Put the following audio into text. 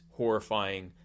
horrifying